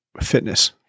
fitness